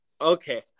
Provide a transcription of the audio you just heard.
Okay